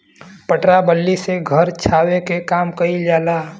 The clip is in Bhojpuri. पटरा बल्ली से घर छावे के काम कइल जाला